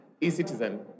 E-Citizen